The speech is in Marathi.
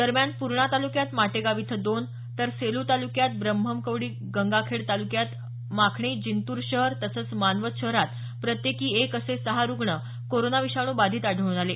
दरम्यान पूर्णा तालुक्यात माटेगांव इथं दोन तर सेलू तालुक्यात ब्रह्मवाकडी गंगाखेड तालुक्यात माखणी जिंतूर शहर तसंच मानवत शहरात प्रत्येकी एक असे सहा रुग्ण कोरोना विषाणू बाधित आढळून आले